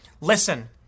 Listen